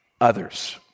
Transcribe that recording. others